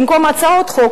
במקום הצעות חוק,